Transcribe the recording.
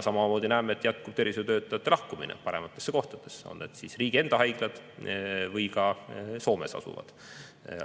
Samamoodi näeme, et jätkub tervishoiutöötajate lahkumine parematesse kohtadesse, on need siis riigi enda haiglad või ka Soomes asuvad